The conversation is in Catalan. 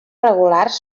regulars